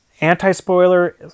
anti-spoiler